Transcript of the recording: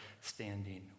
standing